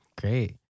Great